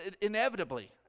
inevitably